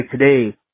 today